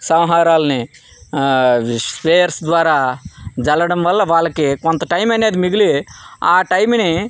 సంహారాల్ని షేర్స్ ద్వారా చల్లడం వల్ల వాళ్ళకి కొంత టైమ్ అనేది మిగిలి ఆ టైమ్ని